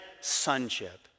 Sonship